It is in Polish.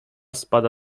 spada